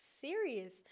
serious